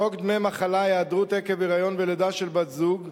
חוק דמי מחלה (היעדרות עקב היריון ולידה של בת-זוג)